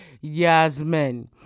Yasmin